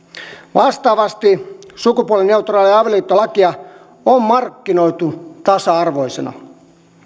vastaavasti sukupuolineutraalia avioliittolakia on markkinoitu tasa arvoisena